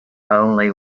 only